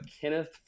Kenneth